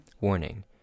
Warning